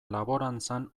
laborantzan